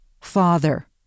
Father